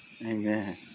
Amen